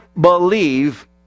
believe